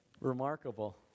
Remarkable